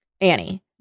Annie